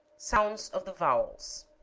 sounds of the vowels